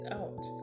out